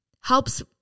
helps